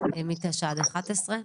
מ-09:00 עד 11:000,